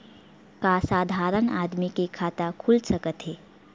का साधारण आदमी के खाता खुल सकत हे?